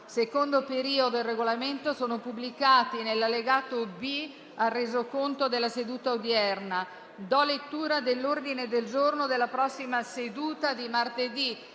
secondo periodo, del Regolamento sono pubblicati nell'allegato B al Resoconto della seduta odierna. **Ordine del giorno per la seduta di martedì